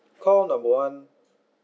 call number one